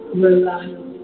reliable